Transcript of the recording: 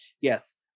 Yes